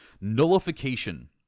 Nullification